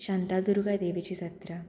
शांतादुर्गा देवीची जात्रा